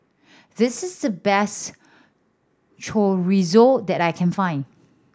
this is the best Chorizo that I can find